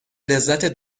لذت